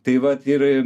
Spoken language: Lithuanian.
tai vat ir